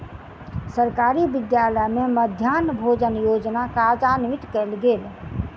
सरकारी विद्यालय में मध्याह्न भोजन योजना कार्यान्वित कयल गेल